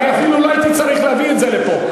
אני אפילו לא הייתי צריך להביא את זה לפה.